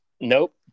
Nope